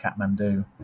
Kathmandu